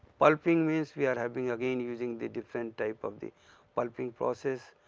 pulping means we are having again using the different types of the pulping process,